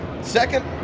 second